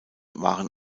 waren